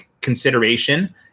consideration